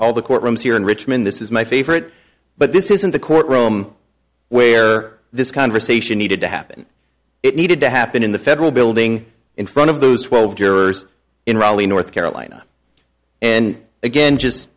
all the courtrooms here in richmond this is my favorite but this isn't the courtroom where this conversation needed to happen it needed to happen in the federal building in front of those twelve jurors in raleigh north carolina and again just